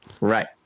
Right